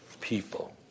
people